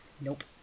Nope